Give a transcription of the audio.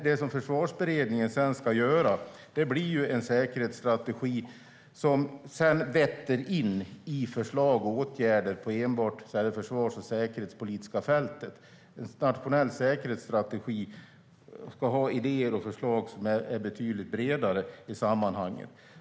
Det som Försvarsberedningen sedan ska göra är en säkerhetsstrategi som leder till förslag och åtgärder på enbart det försvars och säkerhetspolitiska fältet. En nationell säkerhetsstrategi ska innehålla idéer och förslag som är betydligt bredare i sammanhanget.